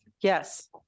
Yes